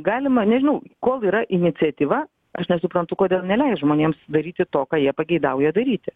galima nežinau kol yra iniciatyva aš nesuprantu kodėl neleist žmonėms daryti to ką jie pageidauja daryti